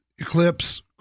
Eclipse